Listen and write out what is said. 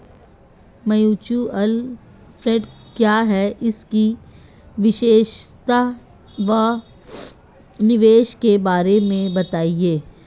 Mutual fund क्या है इसकी विशेषता व निवेश के बारे में बताइये?